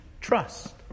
trust